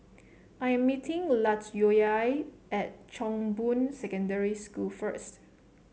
I am meeting Latoyia at Chong Boon Secondary School first